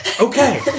Okay